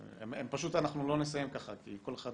אנחנו פשוט לא נסיים ככה כי כל אחד